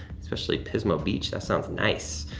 especially pismo beach, that sounds nice.